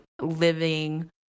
living